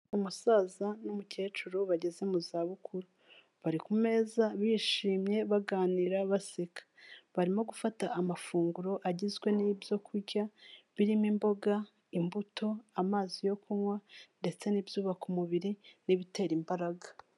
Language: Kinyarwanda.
Umusaza n'umukecuru bageze mu za bukuru, bari ku meza bishimye baganira baseka, barimo gufata amafunguro agizwe n'ibyo kurya birimo imboga, imbuto, amazi yo kunywa ndetse n'ibyubaka umubiri n'ibitera imbaraga.